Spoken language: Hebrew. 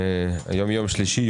היום יום שלישי,